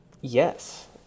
Yes